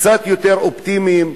קצת יותר אופטימיים,